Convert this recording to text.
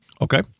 Okay